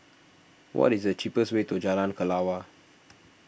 what is the cheapest way to Jalan Kelawar